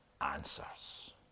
answers